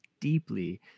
deeply